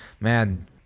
man